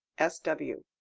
s w